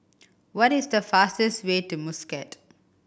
what is the fastest way to Muscat